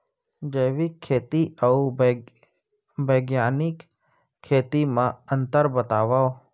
जैविक खेती अऊ बैग्यानिक खेती म अंतर बतावा?